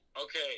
Okay